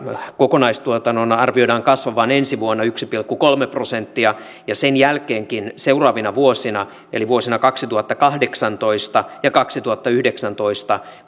kokonaistuotannon arvioidaan kasvavan ensi vuonna yksi pilkku kolme prosenttia ja sen jälkeenkin seuraavina vuosina eli vuosina kaksituhattakahdeksantoista ja kaksituhattayhdeksäntoista